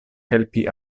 helpi